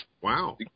Wow